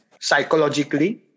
psychologically